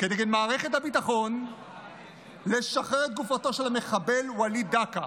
כנגד מערכת הביטחון לשחרר את גופתו של המחבל וליד דקה.